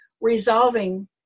resolving